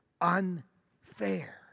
unfair